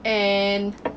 and